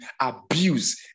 abuse